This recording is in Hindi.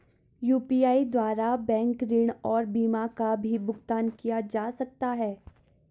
यु.पी.आई द्वारा बैंक ऋण और बीमा का भी भुगतान किया जा सकता है?